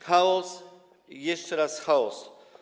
Chaos i jeszcze raz chaos.